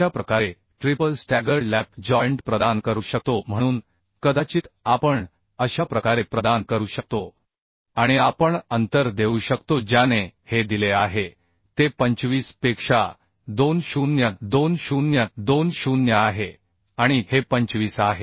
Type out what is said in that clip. अशा प्रकारे triple staggered lap joint प्रदान करू शकतो म्हणून कदाचित आपण अशा प्रकारे प्रदान करू शकतो आणि आपण अंतर देऊ शकतो ज्याने हे दिले आहे ते 25 पेक्षा 20 20 20 आहे आणि हे 25 आहे